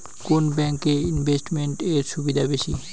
কোন ব্যাংক এ ইনভেস্টমেন্ট এর সুবিধা বেশি?